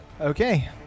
Okay